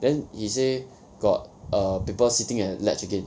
then he say got err people sitting at the latch again